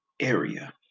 area